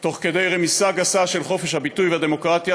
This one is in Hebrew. תוך כדי רמיסה גסה של חופש הביטוי והדמוקרטיה,